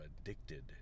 addicted